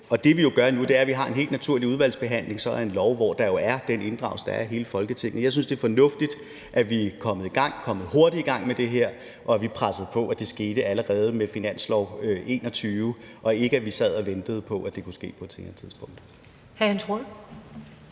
Det, vi jo gør nu, er, at vi har en helt almindelig udvalgsbehandling og så en lov, hvor der jo er den inddragelse, der er, af hele Folketinget. Jeg synes, det er fornuftigt, at vi er kommet i gang og kommet hurtigt i gang med det her, og at vi pressede på for, at det skete allerede med finansloven for 2021, og at vi ikke sad og ventede på, at det kunne ske på et senere tidspunkt.